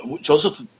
joseph